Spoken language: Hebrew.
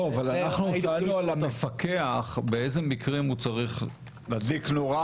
אנחנו שאלנו על המפקח באיזה מקרים הוא צריך להדליק נורה,